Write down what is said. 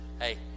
Hey